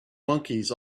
monkeys